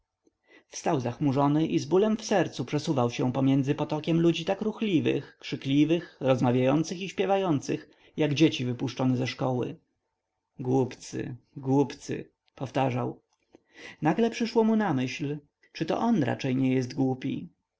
wstał zachmurzony i z bólem w sercu przesuwał się pomiędzy potokiem ludzi tak ruchliwych krzykliwych rozmawiających i śpiewających jak dzieci wypuszczone ze szkoły głupcy głupcy powtarzał nagle przyszło mu na myśl czyto on raczej nie jest głupi